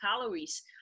calories